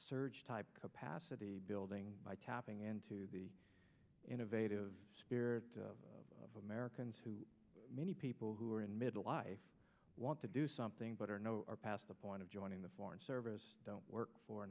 search type capacity building by tapping into the innovative spirit of americans who many people who are in middle life want to do something but are no are past the point of joining the foreign service don't work for a